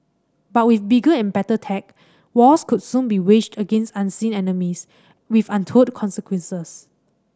but with bigger and better tech wars could soon be waged against unseen enemies with untold consequences